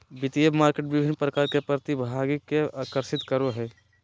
वित्तीय मार्केट विभिन्न प्रकार के प्रतिभागि के आकर्षित करो हइ